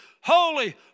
holy